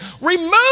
remove